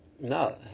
no